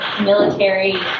military